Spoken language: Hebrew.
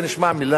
זה נשמע מלה